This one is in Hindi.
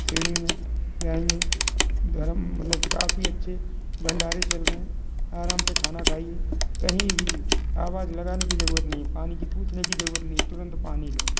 शिरडी में जाएंगे धरम मतलब काफ़ी अच्छे भंडारे चल रहे हैं आराम से खाना खाइए कहीं भी आवाज़ लगाने की ज़रूरत नहीं है पानी की पूछने की ज़रूरत नहीं तुरंत पानी लो